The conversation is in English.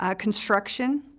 ah construction,